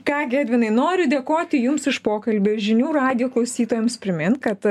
ką gi edvinai noriu dėkoti jums už pokalbį žinių radijo klausytojams primint kad